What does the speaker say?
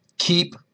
Keep